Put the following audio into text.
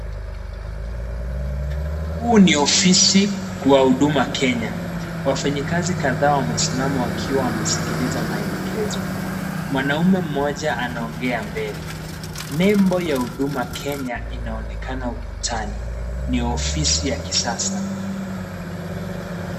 Huu ni ofisi kwa Huduma Kenya, wafanyikazi kadhaa wamesimama wakiwa wamesikiliza maelekezo, mwanaume mmoja anaongea mbele, Nembo ya Huduma Kenya inaonekana ukutani, ni ofisi ya kisasa.